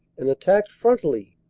and attacked frontally,